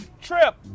trip